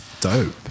dope